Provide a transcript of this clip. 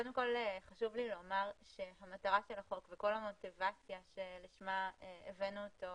חשוב לי לומר שהמטרה של החוק וכל המוטיבציה לשמה הבאנו אותו